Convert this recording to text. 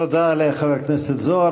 תודה לחבר הכנסת זוהר.